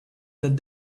that